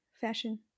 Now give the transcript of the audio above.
fashion